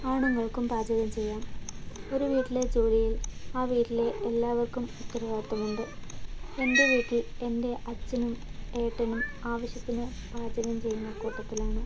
ആണുങ്ങൾക്കും പാചകം ചെയ്യാം ഒരു വീട്ടിലെ ജോലിയിൽ ആ വീട്ടിലെ എല്ലാവർക്കും ഉത്തരവാദിത്വമുണ്ട് എൻറ്റെ വീട്ടിൽ എൻറ്റെ അച്ഛനും ഏട്ടനും ആവശ്യത്തിന് പാചകം ചെയ്യുന്ന കൂട്ടത്തിലാണ്